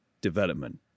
development